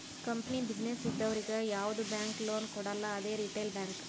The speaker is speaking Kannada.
ಕಂಪನಿ, ಬಿಸಿನ್ನೆಸ್ ಇದ್ದವರಿಗ್ ಯಾವ್ದು ಬ್ಯಾಂಕ್ ಲೋನ್ ಕೊಡಲ್ಲ ಅದೇ ರಿಟೇಲ್ ಬ್ಯಾಂಕ್